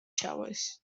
showers